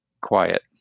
quiet